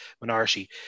minority